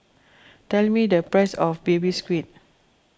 tell me the price of Baby Squid